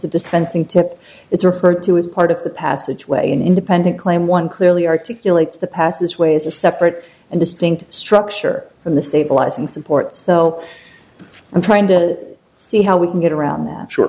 the dispensing tip it's referred to as part of the passageway an independent claim one clearly articulate the passageways a separate and distinct structure and the stabilizing support so i'm trying to see how we can get around